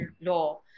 law